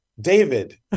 David